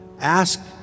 Ask